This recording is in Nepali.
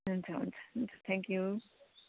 हुन्छ हुन्छ हुन्छ थ्याङ्क यू